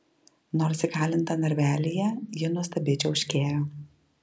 nors įkalinta narvelyje ji nuostabiai čiauškėjo